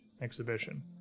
exhibition